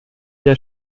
der